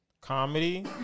comedy